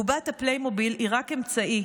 בובת הפליימוביל היא רק אמצעי,